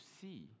see